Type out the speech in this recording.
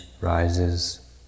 rises